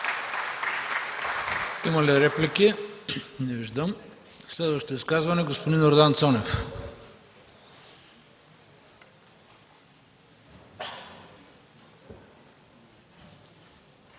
Моля, реплики. Не виждам. Следващо изказване – господин Йордан Цонев.